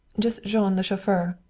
just jean, the chauffeur.